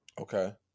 Okay